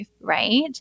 right